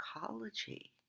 psychology